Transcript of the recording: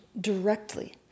directly